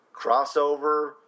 crossover